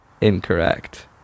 Incorrect